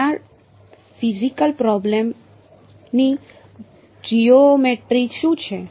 તો આ physical problem ની જીઓમેટ્રી શું છે